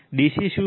DC શું છે